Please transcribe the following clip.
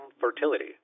fertility